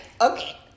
okay